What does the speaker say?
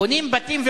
בונות בתים?